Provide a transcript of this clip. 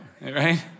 Right